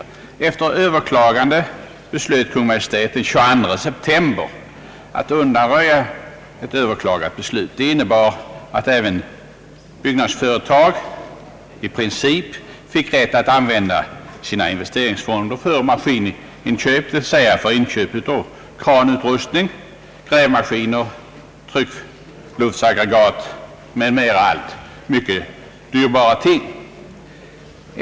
Efter överklagande beslöt : Kungl. Maj:t den 22 september aått undanröja: ett överklagat beslut. Det innebar att även byggnadsföretag i princip fick rätt att använda sina investeringsfonder. för maskininköp, dvs. för inköp av kranutrustning, grävmaskiner, tryckluftsaggregat m.m., allt mycket dyrbara ting.